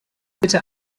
bitte